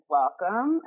welcome